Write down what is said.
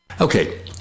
Okay